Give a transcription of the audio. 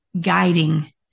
guiding